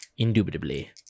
Indubitably